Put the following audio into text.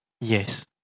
yes